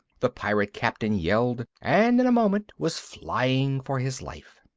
the pirate captain yelled, and in a moment was flying for his life.